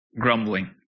grumbling